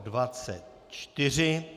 24.